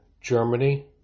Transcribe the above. Germany